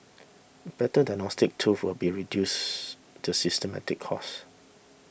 better diagnostics tools will be reduce the systemic cost